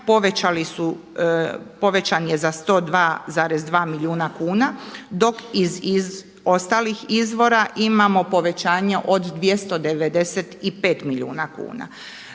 povećan je za 102,2 milijuna kuna, dok iz ostalih izvora imamo povećanje od 295 milijuna kuna.